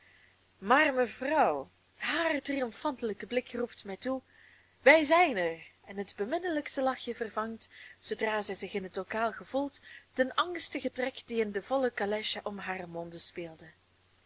maar mevrouw haar triomfante blik roept mij toe wij zijn er en het beminnelijkst lachje vervangt zoodra zij zich in het lokaal gevoelt den angstigen trek die in de volle calèche om haren mond speelde